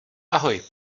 ahoj